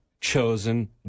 chosen